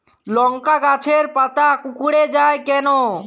লংকা গাছের পাতা কুকড়ে যায় কেনো?